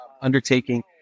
undertaking